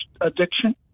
addiction